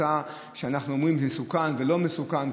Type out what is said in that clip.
שנמצא ואנחנו אומרים: מסוכן או לא מסוכן,